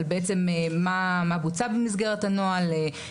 בעצם מה בוצע במסגרת הנוהל,